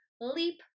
leap